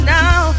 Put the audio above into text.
now